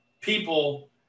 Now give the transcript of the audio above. people